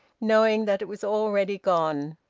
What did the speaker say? knowing that it was already gone.